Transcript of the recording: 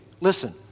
listen